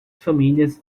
famílias